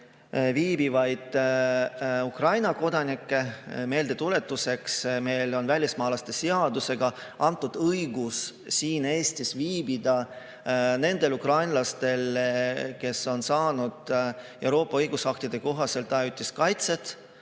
viibivaid Ukraina kodanikke. Meeldetuletuseks: meil on välismaalaste seadusega antud õigus Eestis viibida nendele ukrainlastele, kes on saanud Euroopa õigusaktide kohaselt ajutise kaitse.